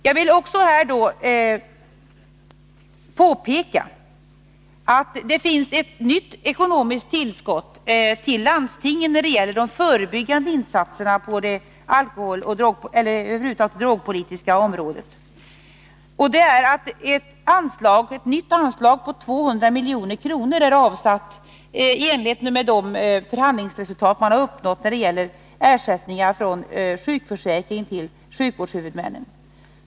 Jag vill också påpeka att landstingen har fått ett nytt ekonomiskt tillskott för förebyggande insatser inom bl.a. det drogpolitiska området, nämligen ett anslag på 200 milj.kr. som avsatts i enlighet med de förhandlingsresultat som uppnåtts när det gäller ersättningar från sjukförsäkringen till sjukvårdshuvudmännen.